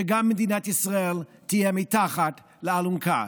גם מדינת ישראל תהיה מתחת לאלונקה.